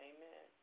Amen